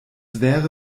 wäre